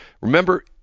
remember